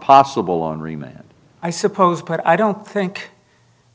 possible and remain i suppose but i don't think